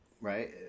right